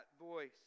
voice